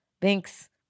thanks